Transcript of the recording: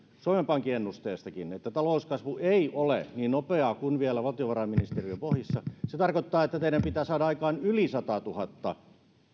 suomen pankin ennusteestakin että talouskasvu ei ole niin nopeaa kuin vielä valtiovarainministeriön pohjissa se tarkoittaa että teidän pitää saada aikaan yli satatuhatta